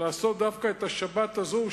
לעשות דווקא את השבת הזאת,